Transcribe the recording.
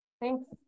Thanks